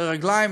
ברגליים,